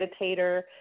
meditator